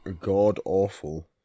god-awful